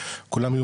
כולם יהיו